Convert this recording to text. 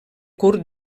curt